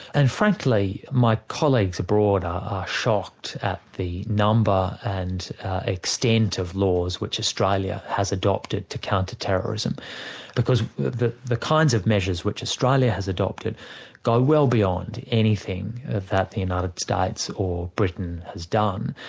and frankly, my colleagues abroad shocked at the number and extent of laws which australia has adopted to counter terrorism because the the kinds of measures which australia has adopted go well beyond anything that the united states or britain has done.